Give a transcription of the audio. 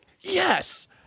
yes